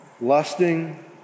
lusting